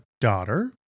daughter